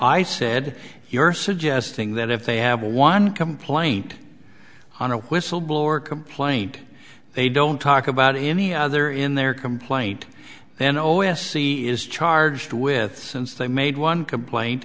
i said you're suggesting that if they have one complaint on a whistleblower complaint they don't talk about any other in their complaint then o s c is charged with since they made one complaint